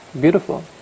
beautiful